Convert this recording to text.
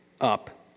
up